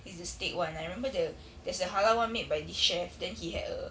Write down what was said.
it's the steak [one] I remember the there's a halal [one] made by this chef then he had a